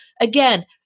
again